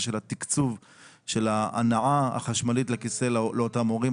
של התקצוב של ההנעה החשמלית לכיסא לאותם הורים.